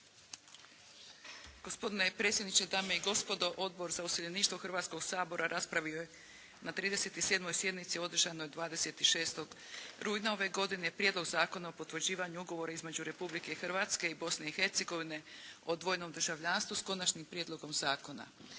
Gospodine predsjedniče, dame i gospodo. Odbor za useljeništvo Hrvatskoga sabora raspravio je na 37. sjednici održanoj 26. rujna ove godine Prijedlog zakona o potvrđivanju Ugovora između Republike Hrvatske i Bosne i Hercegovine o dvojnom državljanstvu, s konačnim prijedlogom zakona.